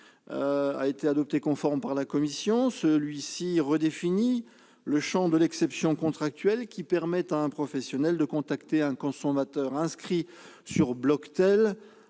été adopté conforme par la commission. Il redéfinit le champ de l'exception contractuelle permettant à un professionnel de contacter un consommateur inscrit sur Bloctel,